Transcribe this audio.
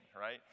right